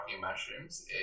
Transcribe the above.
mushrooms